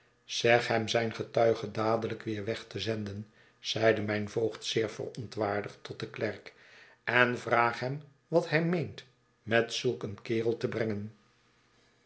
zeg hem zijn getuige dadelijk weer weg te zenden zeide mijn voogd zeer verontwaardigd tot den klerk en vraag hem wat hij meent met zuik een kerel te brengenl